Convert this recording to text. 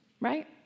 right